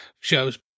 shows